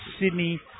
Sydney